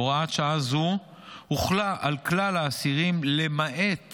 הוראת שעה זו הוחלה על כלל האסירים, למעט